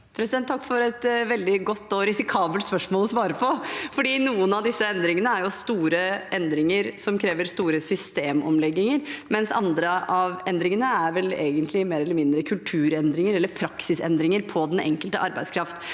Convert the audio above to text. Takk for et vel- dig godt, men risikabelt spørsmål å svare på, for noen av disse endringene er store endringer som krever store systemomlegginger, mens andre av endringene er vel egentlig mer eller mindre kulturendringer eller praksisendringer på den enkelte arbeidsplass.